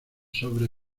sobre